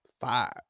Five